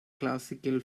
classical